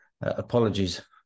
Apologies